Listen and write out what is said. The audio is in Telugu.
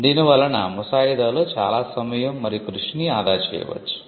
దీని వలన ముసాయిదాలో చాలా సమయం మరియు కృషిని ఆదా చేయవచ్చు